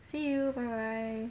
see you right